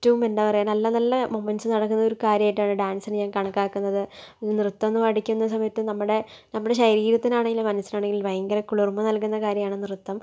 ഏറ്റവും എന്താ പറയണേ നല്ല നല്ല മൊമെൻ്റ്സ് നടക്കുന്നൊരു കാര്യമായിട്ടാണ് ഡാൻസിനെ ഞാൻ കണക്കാക്കുന്നത് നൃത്തം അന്ന് പഠിക്കുന്ന സമയത്ത് നമ്മുടെ നമ്മുടെ ശരീരത്തിനാണെങ്കിലും മനസിനാണെങ്കിലും ഭയങ്കര കുളിർമ നൽകുന്ന കാര്യമാണ് നൃത്തം